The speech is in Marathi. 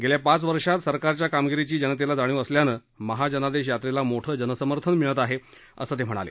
गेल्या पाच वर्षांत सरकारच्या कामगिरीची जनतेला जाणीव असल्यानं महाजनादेश यात्रेला मोठं जनसमर्थन मिळत आहे असं ते म्हणाले